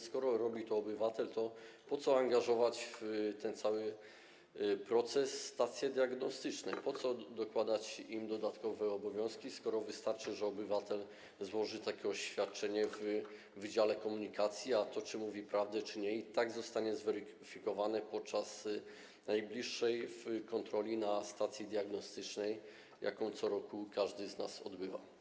Skoro robi to obywatel, po co angażować w ten cały proces stacje diagnostyczne, po co dokładać im dodatkowe obowiązki - wystarczy, że obywatel złoży takie oświadczenie w wydziale komunikacji, a to, czy mówi prawdę, czy nie, i tak zostanie zweryfikowane podczas najbliższej kontroli na stacji diagnostycznej, jaką co roku pojazd każdego z nas przechodzi.